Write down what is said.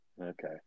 Okay